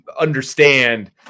understand